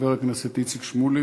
חבר הכנסת איציק שמולי,